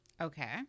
Okay